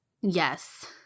Yes